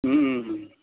ওম ওম ওম